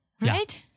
Right